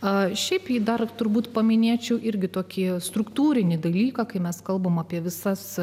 o šiaip į dar turbūt paminėčiau irgi tokie struktūriniai dalykai kai mes kalbame apie visas